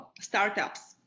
startups